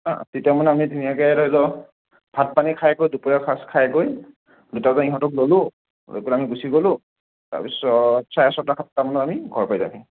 হাঁ তেতিয়া মানে আমি ধুনীয়াকৈ ধৰি ল ভাত পানী খাই কৰি দুপৰীয়াৰ সাজ খাই গৈ দুটাৰ পৰা ইহঁতক ল'লোঁ লৈ পেলাই আমি গুচি গলোঁ তাৰপিছত চাৰে ছয়টা সাতটা মানত আমি ঘৰ পাই যামহি